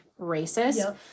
racist